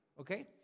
Okay